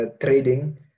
trading